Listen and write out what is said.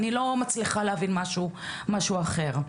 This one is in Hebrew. אני לא מצליחה להבין מזה משהו אחר.